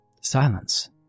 Silence